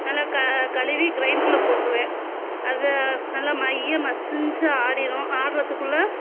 நல்லா க கழுவி கிரைண்டரில் போட்ருவேன் அது நல்லா மைய மசிஞ்சு ஆடிரும் ஆட்றதுக்குள்ளே